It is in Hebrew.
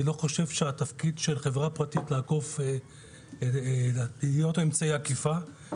אני לא חושב שהתפקיד של חברה פרטית הוא להוות אמצעי אכיפה,